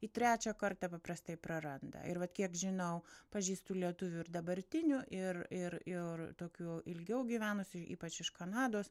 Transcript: į trečią kartą paprastai praranda ir vat kiek žinau pažįstu lietuvių ir dabartinių ir ir ir tokių ilgiau gyvenusi ypač iš kanados